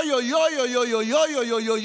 אוי אוי אוי, אוי אוי אוי,